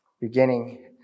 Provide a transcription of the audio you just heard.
Beginning